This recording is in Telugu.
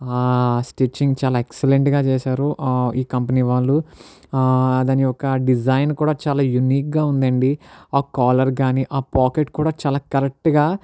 ఆ స్టిచ్చింగ్ చాలా ఎక్స్లైంట్గా చేశారు ఆ ఈ కంపెనీ వాళ్ళు ఆ దాని యొక్క డిజైన్ కూడా చాలా యునిక్గా ఉందండి ఆ కాలర్ కానీ ఆ పాకెట్ కూడా చాలా కరెక్ట్గా